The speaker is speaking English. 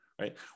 right